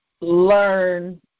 learn